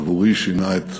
עבורי שינה את